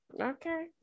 okay